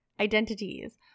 Identities